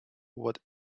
what